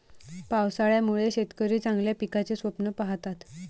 पावसाळ्यामुळे शेतकरी चांगल्या पिकाचे स्वप्न पाहतात